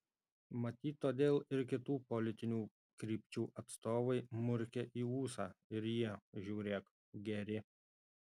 matyt todėl ir kitų politinių krypčių atstovai murkia į ūsą ir jie žiūrėk geri